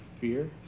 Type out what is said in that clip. fear